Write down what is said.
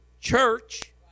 church